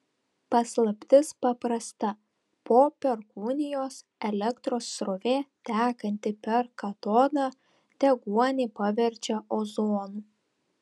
paslaptis paprasta po perkūnijos elektros srovė tekanti per katodą deguonį paverčia ozonu